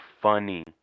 funny